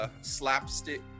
slapstick